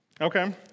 Okay